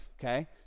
okay